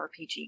RPG